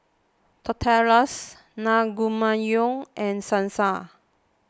Tortillas Naengmyeon and Salsa